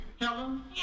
Helen